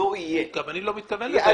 גם אני לא מתכוון לזה.